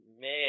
man